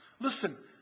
Listen